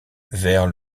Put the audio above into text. vers